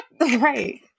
Right